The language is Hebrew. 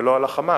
ולא על ה"חמאס".